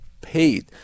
paid